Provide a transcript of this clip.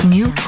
New